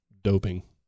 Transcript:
doping